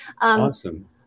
Awesome